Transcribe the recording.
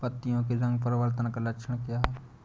पत्तियों के रंग परिवर्तन का लक्षण क्या है?